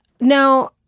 Now